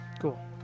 Cool